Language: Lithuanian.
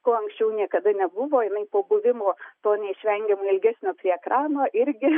ko anksčiau niekada nebuvo jinai po buvimo to neišvengiamai ilgesnio prie ekrano irgi